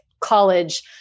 college